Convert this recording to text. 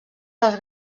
dels